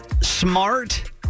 smart